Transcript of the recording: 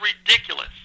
ridiculous